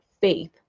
faith